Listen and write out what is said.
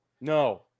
No